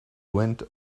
wind